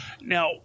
Now